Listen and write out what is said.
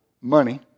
money